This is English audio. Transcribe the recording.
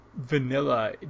vanilla